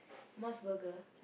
Mos-Burger